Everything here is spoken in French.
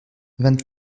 vingt